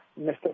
Mr